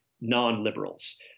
non-liberals